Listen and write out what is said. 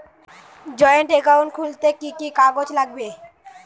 Joint account খুলতে কি কি কাগজ লাগবে?